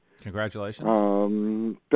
Congratulations